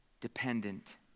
dependent